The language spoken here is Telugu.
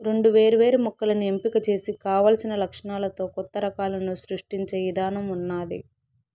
రెండు వేరు వేరు మొక్కలను ఎంపిక చేసి కావలసిన లక్షణాలతో కొత్త రకాలను సృష్టించే ఇధానం ఉన్నాది